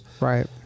Right